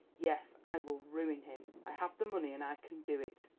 yes, i will ruin him! i have the money and i can do it.